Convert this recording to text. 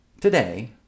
today